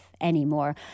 anymore